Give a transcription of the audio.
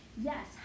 Yes